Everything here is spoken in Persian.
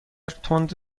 تند